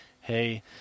hey